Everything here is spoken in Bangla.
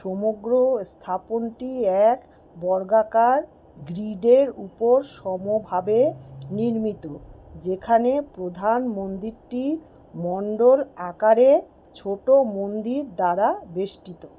সমগ্র স্থাপনটি এক বর্গাকার গ্রিডের উপর সমভাবে নির্মিত যেখানে প্রধান মন্দিরটি মণ্ডল আকারে ছোটো মন্দির দ্বারা বেষ্টিত